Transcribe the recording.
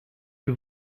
que